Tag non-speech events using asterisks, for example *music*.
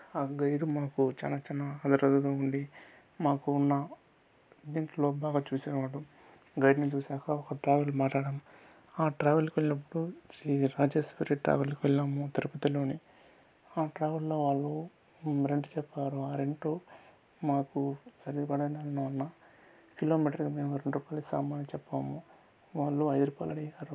ఆ గైడు మాకు చాలా చాలా ఆదరగా ఉండి మాకు ఉన్న దీంట్లో బాగా చూసేవాడు గైడ్ని చూశాక ఒక ట్రావెల్ మాట్లాడాం ఆ ట్రావెల్కి వెళ్ళినప్పుడు శ్రీ రాజేశ్వరి ట్రావెల్కి వెళ్ళాము తిరుపతిలోని ఆ ట్రావెల్లో వాళ్ళు రెంట్ చెప్పారు ఆ రెంటు మాకు సరిపడా *unintelligible* ఉన్నా కిలోమీటర్ మేము రెండు రూపాయలు ఇస్తామని చెప్పాము వాళ్ళు ఐదు రూపాయలు అడిగారు